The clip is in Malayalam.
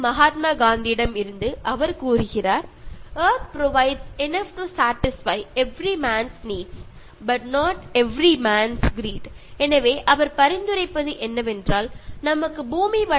മഹാത്മാഗാന്ധിയുടെ വാക്കുകൾ ഇതാണ് ഓരോ മനുഷ്യന്റെയും ആവശ്യങ്ങൾ നിറവേറ്റാൻ ഭൂമി ധാരാളമാണ് എന്നാൽ ഓരോ മനുഷ്യന്റെയും അത്യാഗ്രഹം നിറവേറ്റാൻ ഭൂമിക്കാവില്ല